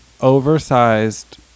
oversized